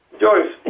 Joyce